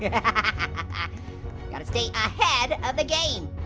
yeah gotta stay ahead of the game.